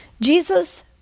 Jesus